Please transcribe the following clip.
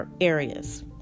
areas